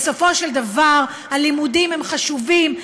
בסופו של דבר הלימודים חשובים,